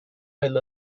mile